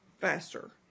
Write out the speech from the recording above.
faster